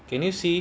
can you see